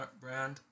brand